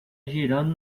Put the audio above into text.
girando